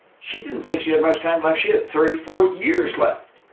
she didn't think she had much time left she had thirty four years left.